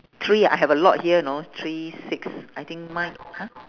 three ah I have a lot here you know three six I think mine g~ !huh!